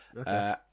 Okay